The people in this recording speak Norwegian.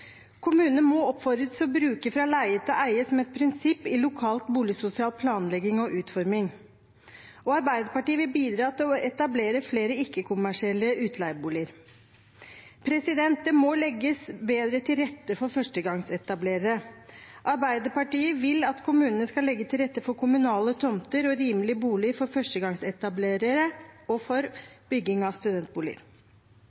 Kommunene må oppfordres til å bruke leie-til-eie som et prinsipp i lokal boligsosial planlegging og utforming, og Arbeiderpartiet vil bidra til å etablere flere ikke-kommersielle utleieboliger. Det må legges bedre til rette for førstegangsetablerere. Arbeiderpartiet vil at kommunene skal legge til rette for kommunale tomter og rimelig bolig for førstegangsetablerere og for